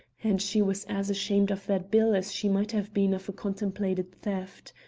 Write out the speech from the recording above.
and she was as ashamed of that bill as she might have been of a contemplated theft.